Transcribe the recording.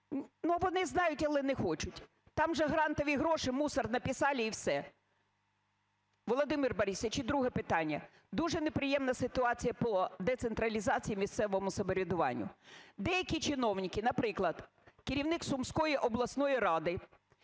вони знають, але не хочуть, там же грантові гроші, мусор написали і все. Володимир Борисович, і друге питання. Дуже неприємна ситуація по децентралізації і місцевому самоврядуванню. Деякі чиновники, наприклад, керівник Сумської обласної ради,